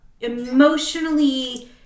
emotionally